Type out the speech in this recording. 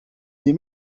nie